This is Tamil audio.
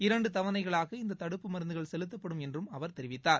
இரண்டு தவணைகளாக இந்த தடுப்பு மருந்துகள் செலுத்தப்படும் என்றும் அவர் கூறினார்